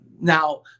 Now